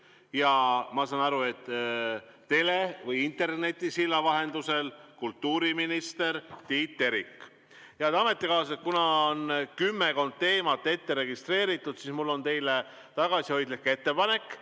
ja ma saan aru, et internetisilla vahendusel kultuuriminister Tiit Terik. Head ametikaaslased! Kuna on kümmekond teemat ette registreeritud, siis mul on teile tagasihoidlik ettepanek,